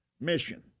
mission